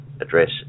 address